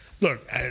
look